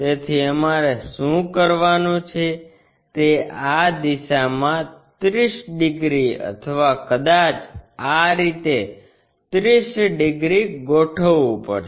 તેથી અમારે શું કરવાનું છે તે આ દિશામાં 30 ડિગ્રી અથવા કદાચ આ રીતે 30 ડિગ્રી ગોઠવવું પડશે